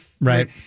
Right